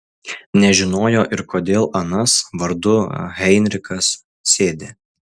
nežinojo ir kodėl anas vardu heinrichas sėdi